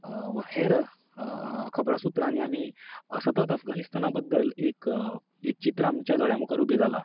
वा हेर खबरां सुत्रांनी आमी सतत अफगानिस्ताना बद्दल एक एक चित्र आमच्या दोळ्यां मुखार उबें जालां